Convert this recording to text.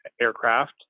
aircraft